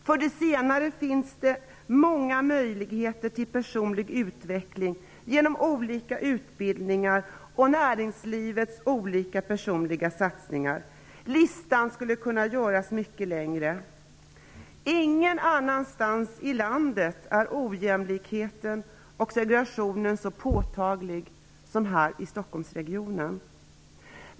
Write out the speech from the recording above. För de senare finns det många möjligheter till personlig utveckling genom olika utbildningar och näringslivets olika personliga satsningar. Listan skulle kunna göras mycket längre. Ingen annanstans i landet är ojämlikheten och segregationen så påtaglig som här i Stockholmsregionen.